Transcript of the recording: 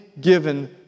given